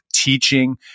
teaching